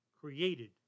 created